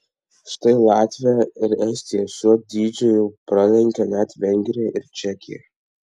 štai latvija ir estija šiuo dydžiu jau pralenkė net vengriją ir čekiją